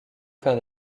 faire